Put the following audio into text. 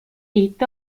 est